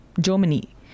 Germany